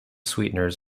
sweeteners